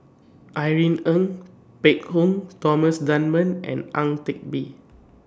Irene Ng Phek Hoong Thomas Dunman and Ang Teck Bee